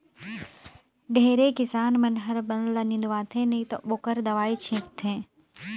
ढेरे किसान मन हर बन ल निंदवाथे नई त ओखर दवई छींट थे